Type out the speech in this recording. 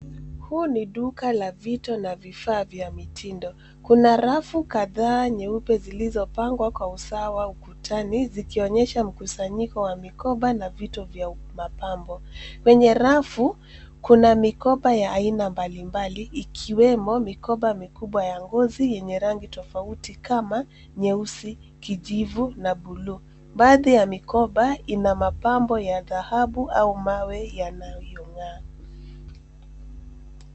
Huu ni duka la vito na vifaa vya mitindo. Kuna rafu kadhaa nyeupe zilizopangwa kwa usawa ukutani zikionyesha mkusanyiko wa mikoba na vitu vya mapambo. Kwenye rafu kuna mikoba ya aina mbalimbali ikiwemo mikoba mikubwa ya ngozi yenye rangi tofauti kama nyeusi, kijivu na buluu. Baadhi ya mikoba ina mapambo ya dhahabu au mawe yanayong'aa.